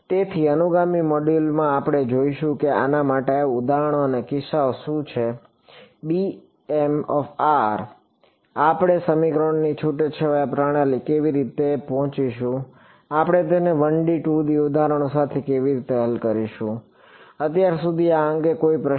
તેથી અનુગામી મોડ્યુલો આપણે જોઈશું કે આના માટેના ઉદાહરણો અને કિસ્સાઓ શું છે આપણે સમીકરણોની છૂટાછવાયા પ્રણાલી પર કેવી રીતે પહોંચીશું આપણે તેને 1 D અને 2 D ઉદાહરણો સાથે કેવી રીતે હલ કરીશું અત્યાર સુધી આ અંગે કોઈપણ પ્રશ્નો